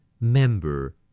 Member